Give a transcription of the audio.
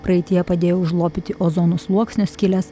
praeityje padėjo užlopyti ozono sluoksnio skyles